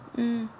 mm